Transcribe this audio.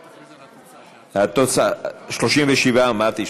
התוצאה, 37, אמרתי.